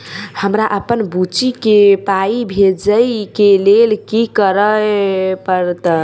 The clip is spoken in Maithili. हमरा अप्पन बुची केँ पाई भेजइ केँ लेल की करऽ पड़त?